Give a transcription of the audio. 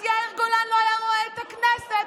אז יאיר גולן לא היה רואה את הכנסת,